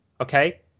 Okay